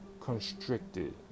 constricted